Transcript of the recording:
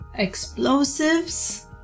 Explosives